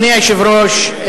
אדוני היושב-ראש,